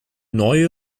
neue